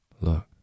Look